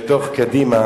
בתוך קדימה